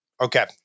Okay